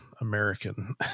American